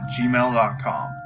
gmail.com